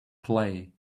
play